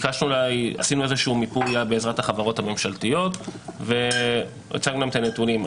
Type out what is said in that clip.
עשינו איזשהו מיפוי בעזרת החברות הממשלתיות והצגנו גם את הנתונים.